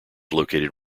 located